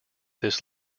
this